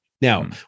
Now